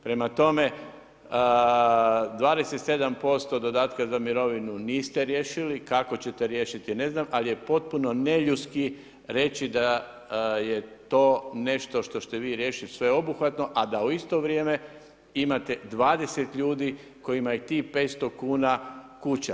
Prema tome, 27% dodatka na mirovinu niste riješili kako ćete riješiti, ne znam, ali je potpuno neljudski reći da je to nešto što ćete vi riješiti što je obuhvatno, a da u isto vrijeme imate 20 ljudi kojima je tih 500 kuna kuća.